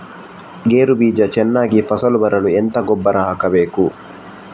ಗೇರು ಬೀಜ ಚೆನ್ನಾಗಿ ಫಸಲು ಬರಲು ಎಂತ ಗೊಬ್ಬರ ಹಾಕಬೇಕು?